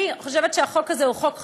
אני חושבת שהחוק הזה הוא חוק חשוב.